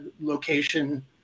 location